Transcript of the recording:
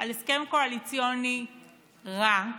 על הסכם קואליציוני רע,